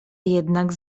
jednak